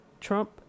Trump